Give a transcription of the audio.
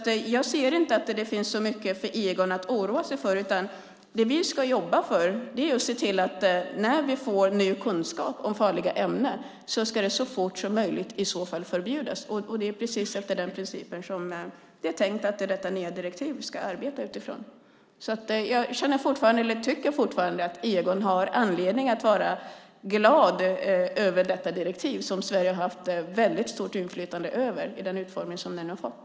Jag ser inte att det finns så mycket för Egon Frid att oroa sig för. Det vi ska jobba för är att se till att om vi får ny kunskap om farliga ämnen ska de så fort som möjligt i så fall förbjudas. Och det är precis efter den principen som det är tänkt att man med detta direktiv ska arbeta utifrån. Jag tycker fortfarande att Egon Frid har anledning att vara glad över detta direktiv, som Sverige har haft väldigt stort inflytande över, med den utformning som det har fått.